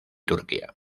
turquía